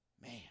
man